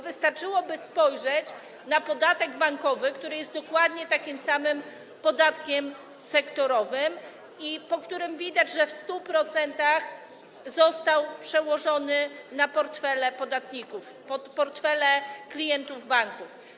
Wystarczyłoby spojrzeć na podatek bankowy, który jest dokładnie takim samym podatkiem sektorowym, po którym widać, że w 100% został przełożony na portfele podatników, portfele klientów banków.